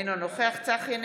אינו נוכח צחי הנגבי,